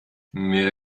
mir